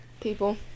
People